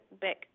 back